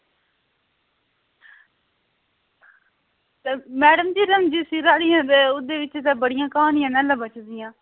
ते madam ji syllabus च ते ऐहीं बड़ियां क्हानियां बची दियां